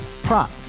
prop